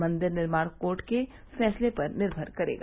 मंदिर निर्माण कोर्ट के फैसले पर निर्मर करेगा